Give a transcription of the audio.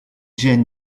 dzień